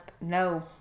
No